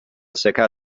cercar